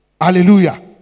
Hallelujah